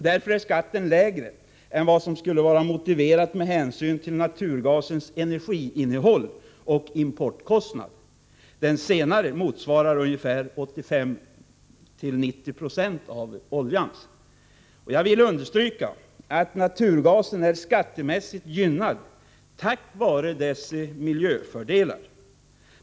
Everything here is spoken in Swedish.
Därför är skatten lägre än vad som skulle vara motiverat med hänsyn till naturgasens energiinnehåll och importkostnad. Den senare motsvarar ungefär 85-90 9o av oljans. Jag vill understryka att naturgasen är skattemässigt gynnad tack vare dess miljöfördelar.